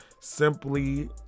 Simply